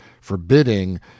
forbidding